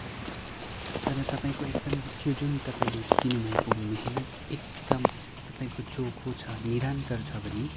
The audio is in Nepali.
तर तपाईँको एकदम यो जुन तपाईँले दिनुभएको मेहनत एकदम तपाईँको चोखो छ निरन्तर छ भने